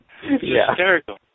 hysterical